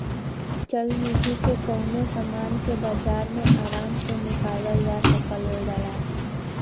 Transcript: चल निधी से कउनो समान के बाजार मे आराम से निकालल जा सकल जाला